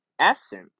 essence